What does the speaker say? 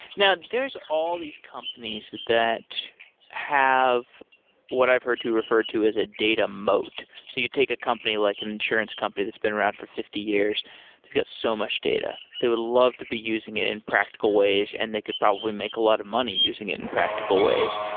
now, there's all these companies that have what i've heard referred to as a data mote. so you take a company like an insurance company that's been around for fifty years. they got so much data. they would love to be using it in practical ways and they could probably make a lot of money using it in practical ways.